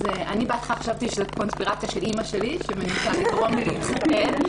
בהתחלה חשבתי שזו קונספירציה של אימא שלי שמנסה לגרום לי להתחתן,